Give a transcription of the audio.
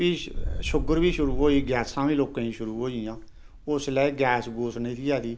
फ्ही शुग्गर बी शुरू होई गैसां बी लोकें ई शुरू होइयां उसलै गैस गूस नेईं ही ऐ ही